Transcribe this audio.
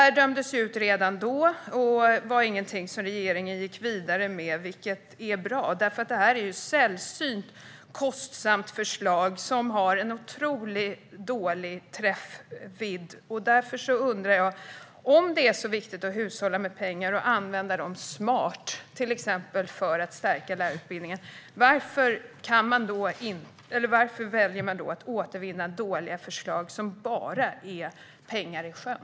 Detta dömdes ut redan då och var ingenting regeringen gick vidare med, vilket är bra eftersom det är ett sällsynt kostsamt förslag med otroligt dålig träffyta. Därför undrar jag: Om det är så viktigt att hushålla med pengar och använda dem smart, till exempel för att stärka lärarutbildningen, varför väljer man att återvinna dåliga förslag som bara innebär att kasta pengar i sjön?